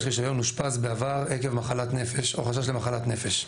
רישיון אושפז בעבר עקב מחלת נפש או חשש למחלת נפש.